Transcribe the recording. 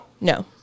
No